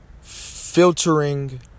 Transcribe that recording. Filtering